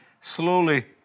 slowly